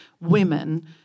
women